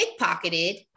pickpocketed